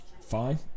Fine